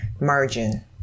margin